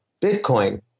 Bitcoin